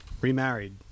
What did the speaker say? remarried